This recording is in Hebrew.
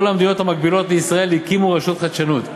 כל המדינות המקבילות לישראל הקימו רשויות חדשנות.